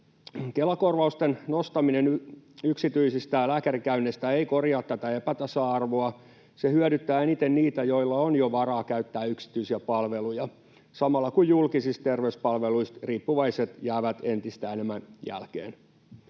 Kela-korvausten nostaminen yksityisistä lääkärikäynneistä ei korjaa tätä epätasa-arvoa. Se hyödyttää eniten niitä, joilla on jo varaa käyttää yksityisiä palveluja, samalla kun julkisista terveyspalveluista riippuvaiset jäävät entistä enemmän jälkeen.